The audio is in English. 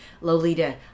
Lolita